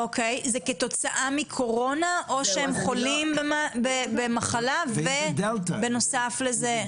אוקיי וזה כתוצאה מקורונה או שהם חולים במחלה ובנוסף לזה קורונה?